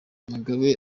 mugabe